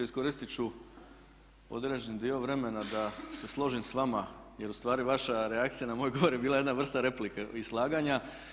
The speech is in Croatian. Iskoristiti ću određeni dio vremena da se složim s vama jer ustvari vaša reakcija na moj govor je bila jedna vrsta replike i slaganja.